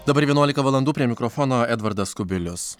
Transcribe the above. dabar vienuolika valandų prie mikrofono edvardas kubilius